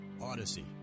Odyssey